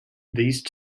these